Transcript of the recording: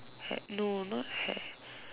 no not hair